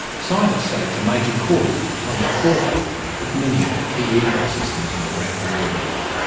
scientists say it's a major cause of the current poor health of many of the key ecosystems on the great barrier reef.